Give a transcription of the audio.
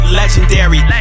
legendary